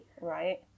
Right